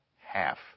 half